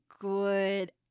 good